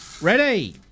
Ready